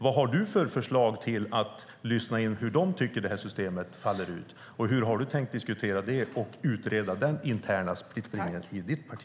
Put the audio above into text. Vad har du för förslag för att lyssna in hur de tycker att detta system faller ut? Hur har du tänkt diskutera det och utreda den interna splittringen i ditt parti?